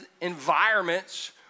environments